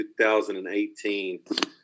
2018